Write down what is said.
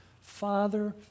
Father